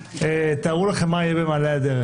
תראו לכם מה יהיה במעלה הדרך.